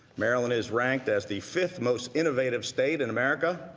maryland is ranked as the fifth most innovative state in america